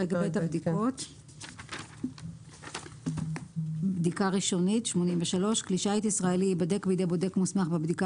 83. בדיקה ראשונית כלי שיט ישראלי ייבדק בידי בודק מוסמך בבדיקה